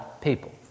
people